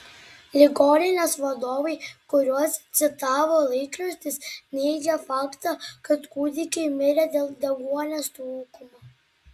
ligoninės vadovai kuriuos citavo laikraštis neigė faktą kad kūdikiai mirė dėl deguonies trūkumo